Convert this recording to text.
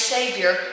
Savior